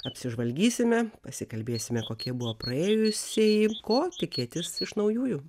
apsižvalgysime pasikalbėsime kokie buvo praėjusieji ko tikėtis iš naujųjų